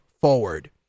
forward